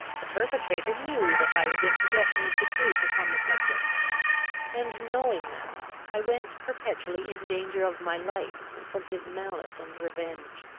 the perpetrator knew that i was in possession of the truth upon the subject and, knowing that, i went perpetually in danger of my life from his malice and revenge.